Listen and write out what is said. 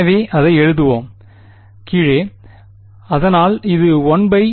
எனவே அதை எழுதுவோம் கீழே அதனால் அது 1r